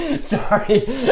Sorry